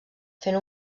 fent